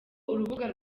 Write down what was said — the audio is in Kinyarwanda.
urubuga